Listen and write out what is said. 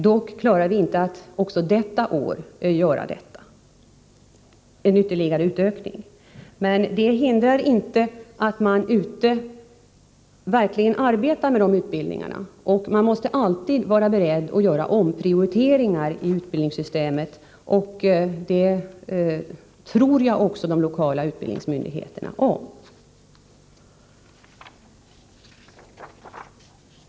Dock klarar vi inte att också detta år göra en ytterligare ökning, men det hindrar inte att man ute i landet verkligen arbetar med dessa utbildningar. Man måste alltid vara beredd att göra omprioriteringar i utbildningssystemet, och det tror jag också de lokala utbildningsmyndigheterna om.